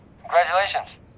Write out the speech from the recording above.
congratulations